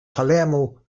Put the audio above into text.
palermo